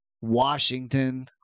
Washington